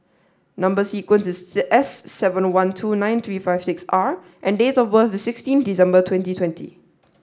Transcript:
number sequence is S seven one two nine three five six R and date of birth is sixteen December twenty twenty